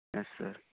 yes sir